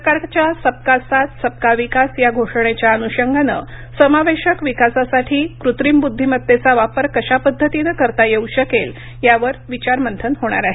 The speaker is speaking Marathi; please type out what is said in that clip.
सरकारच्या सबका साथ सबका विकास या घोषणेच्या अनुषंगानं समावेशक विकासासाठी कृत्रिम बुद्धिमत्तेचा वापर कशा पद्धतीनं करता येऊ शकेल यावर विचार मंथन होणार आहे